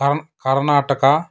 Karam Karnataka